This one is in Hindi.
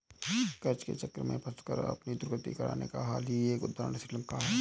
कर्ज के चक्र में फंसकर अपनी दुर्गति कराने का हाल का ही उदाहरण श्रीलंका है